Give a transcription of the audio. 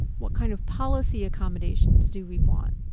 what kind of policy accommodations do we want?